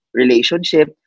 relationship